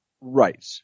right